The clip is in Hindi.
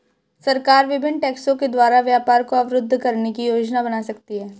सरकार विभिन्न टैक्सों के द्वारा व्यापार को अवरुद्ध करने की योजना बना सकती है